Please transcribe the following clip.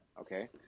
okay